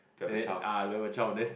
and then ah you have a child then